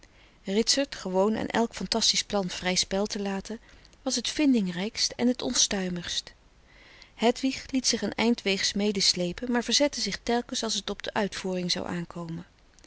ritsert gewoon aan elk fantastisch plan vrij spel te laten was het vindingrijkst en t onstuimigst hedwig liet zich een eindweegs medesleepen maar verzette zich telkens als t op de uitvoering zou aankomen